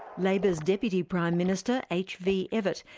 labor's deputy prime minister, h. v. evatt,